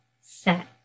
set